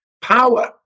power